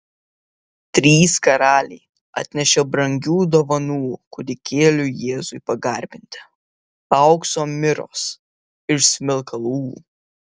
trys karaliai atnešė brangių dovanų kūdikėliui jėzui pagarbinti aukso miros ir smilkalų